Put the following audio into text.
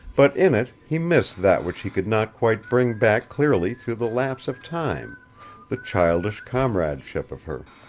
but in it he missed that which he could not quite bring back clearly through the lapse of time the childish comradeship of her.